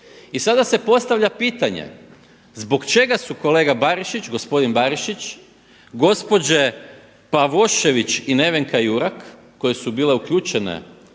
I sada se postavlja pitanje zbog čega su kolega Barišić, gospodin Barišić, gospođe Pavošević i Nevenka Jurak koje su bile uključene